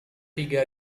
tiga